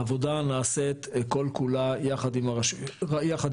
העבודה נעשית כל כולה יחד עם הרשויות,